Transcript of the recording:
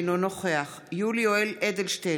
אינו נוכח יולי יואל אדלשטיין,